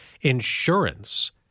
insurance